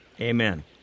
Amen